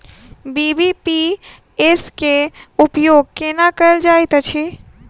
BBPS केँ उपयोग केना कएल जाइत अछि?